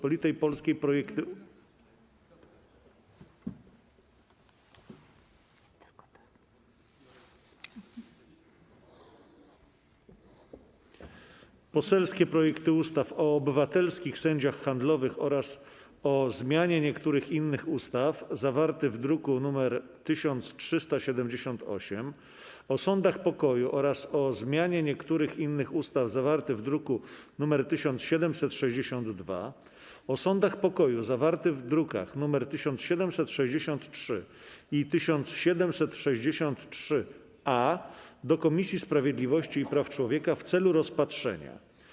Marszałek Sejmu, po zasięgnięciu opinii Prezydium Sejmu, proponuje, aby Sejm skierował poselskie projekty ustaw: o obywatelskich sędziach handlowych oraz o zmianie niektórych innych ustaw, zawarty w druku nr 1378, o sądach pokoju oraz o zmianie niektórych innych ustaw, zawarty w druku nr 1762, o sądach pokoju, zawarty w drukach nr 1763 i 1763-A, do Komisji Sprawiedliwości i Praw Człowieka w celu rozpatrzenia.